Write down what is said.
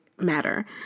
matter